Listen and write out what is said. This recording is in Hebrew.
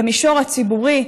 במישור הציבורי,